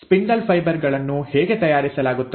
spindle fibre ಗಳನ್ನು ಹೇಗೆ ತಯಾರಿಸಲಾಗುತ್ತದೆ